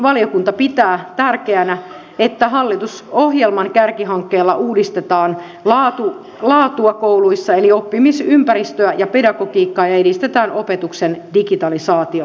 valiokunta pitää tärkeänä että hallitusohjelman kärkihankkeella uudistetaan laatua kouluissa eli oppimisympäristöä ja pedagogiikkaa ja edistetään opetuksen digitalisaatiota